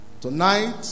tonight